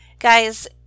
Guys